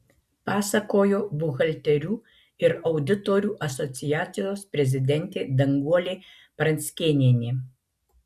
pasakojo buhalterių ir auditorių asociacijos prezidentė danguolė pranckėnienė